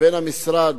בין המשרד